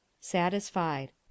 Satisfied